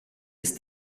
ist